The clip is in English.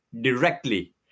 directly